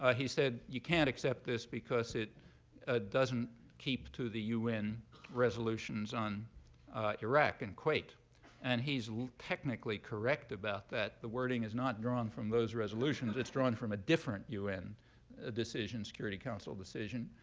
ah he said, you can't accept this because it ah doesn't keep to the un resolutions on iraq and kuwait and he's technically correct about that. the wording is not drawn from those resolutions. it's drawn from a different un security council decision.